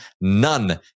none